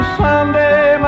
someday